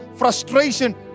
Frustration